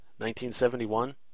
1971